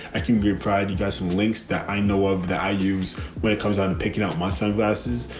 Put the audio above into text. i can give pride you guys some links that i know of that i use when it comes out and picking up my sunglasses.